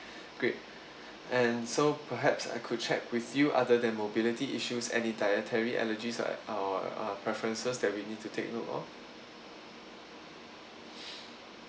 great and so perhaps I could check with you other than mobility issues any dietary allergies uh or uh preferences that we need to take note of